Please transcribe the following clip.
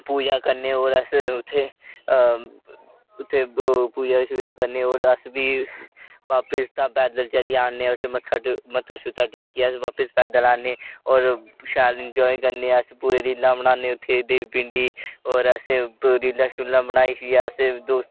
पूजा करने और अस उत्थै पूजा शूजा करने और अस बी बापिस पैदल चली औने आं अस मत्था शत्था टेकी ऐ अस बापिस पैदल जन्ने और शैल इंजाए करने अस कोई रीलां बनाने उत्थै देवी पिंडी ओर अस रीलां शीलां बनाई प्ही अस